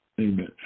Amen